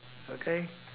okay